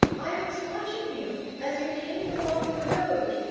i was watching you as you came along the road,